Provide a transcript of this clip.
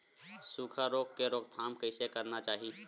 सुखा रोग के रोकथाम कइसे करना चाही?